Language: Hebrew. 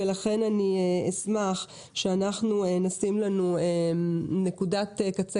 ולכן אשמח שנשים לנו נקודת קצה,